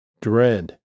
dread